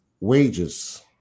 wages